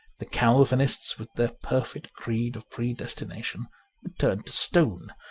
the calvinists, with their perfect creed of predestination, were turned to stone